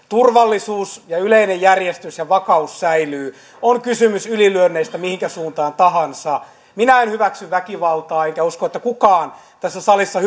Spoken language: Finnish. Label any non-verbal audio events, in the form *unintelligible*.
*unintelligible* turvallisuus ja yleinen järjestys ja vakaus säilyvät on kysymys ylilyönneistä mihinkä suuntaan tahansa minä en hyväksy väkivaltaa enkä usko että kukaan tässä salissa *unintelligible*